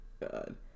God